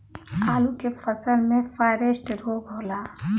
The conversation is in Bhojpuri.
आलू के फसल मे फारेस्ट रोग होला?